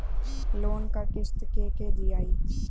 Loan क किस्त के के दियाई?